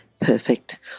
Perfect